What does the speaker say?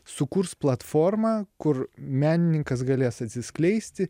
sukurs platformą kur menininkas galės atsiskleisti